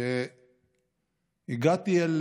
שהגעתי אל